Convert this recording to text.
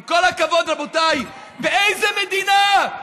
עם כל הכבוד, רבותיי, באיזו מדינה,